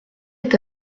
est